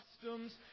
customs